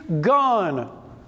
Gone